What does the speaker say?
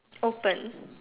open